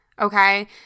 okay